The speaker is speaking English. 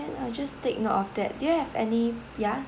I just take note of that do you have any yeah